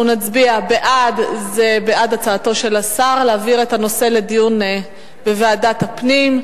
בעד זה בעד הצעתו של השר להעביר את הנושא לדיון בוועדת הפנים,